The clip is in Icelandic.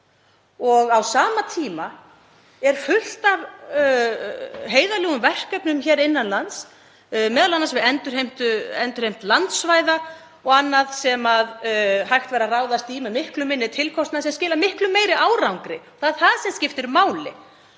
Á sama tíma er fullt af heiðarlegum verkefnum hér innan lands, m.a. við endurheimt landsvæða og annað sem hægt væri að ráðast í með miklu minni tilkostnaði sem skilar miklu meiri árangri. Það er það sem skiptir máli.